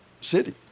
city